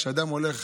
כשאדם הולך